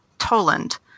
Toland